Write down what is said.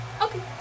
Okay